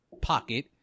pocket